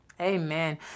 Amen